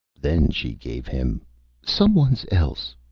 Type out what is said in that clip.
then she gave him some one's else,